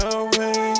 away